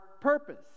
purpose